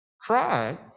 cried